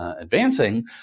advancing